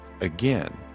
again